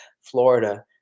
Florida